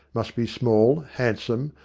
must be small, handsome,